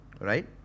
right